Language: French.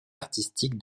artistique